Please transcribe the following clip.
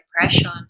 depression